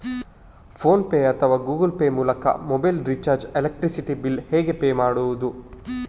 Phone pay ಅಥವಾ Google Pay ಮೂಲಕ mobile recharge, electricity bill ಹೇಗೆ ಪೇ ಮಾಡುವುದು?